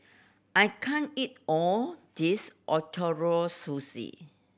I can't eat all this Ootoro Sushi